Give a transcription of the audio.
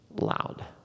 loud